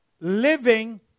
living